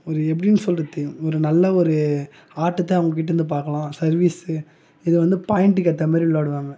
ஒரு எப்படின்னு சொல்கிறது ஒரு நல்ல ஒரு ஆட்டத்தை அவங்கக்கிட்ட இருந்து பார்க்கலாம் சர்வீஸு இதை வந்து பாயிண்ட்டுக்கு ஏற்ற மாதிரி விளையாடுவாங்கள்